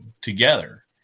together